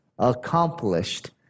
accomplished